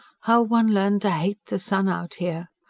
how one learnt to hate the sun out here.